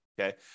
Okay